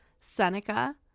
Seneca